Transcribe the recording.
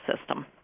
system